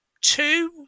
Two